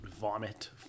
vomit